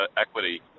equity